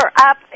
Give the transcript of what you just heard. up